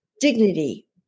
dignity